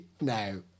No